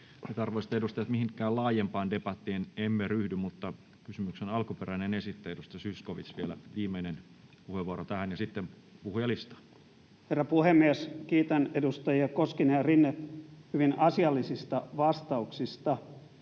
Arvoisat edustajat, mihinkään laajempaan debattiin emme ryhdy, mutta kysymyksen alkuperäisellä esittäjällä, edustaja Zyskowiczillä, on vielä viimeinen puheenvuoro tähän. Sitten puhujalistaan. Herra puhemies! Kiitän edustajia Koskinen ja Rinne hyvin asiallisista vastauksista.